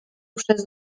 przez